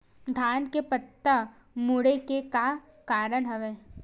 धान के पत्ता मुड़े के का कारण हवय?